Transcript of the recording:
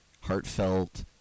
heartfelt